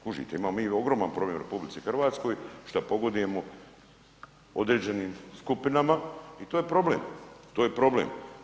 Kužite, imamo mi ogroman problem u RH šta pogodujemo određenim skupinama i to je problem, to je problem.